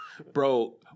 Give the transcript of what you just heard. Bro